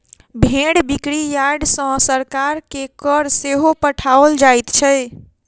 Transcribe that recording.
भेंड़ बिक्री यार्ड सॅ सरकार के कर सेहो पठाओल जाइत छै